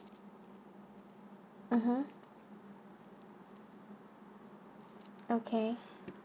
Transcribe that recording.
mmhmm okay